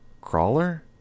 Crawler